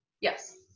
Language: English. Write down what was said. Yes